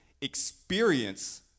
experience